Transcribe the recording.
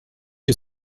que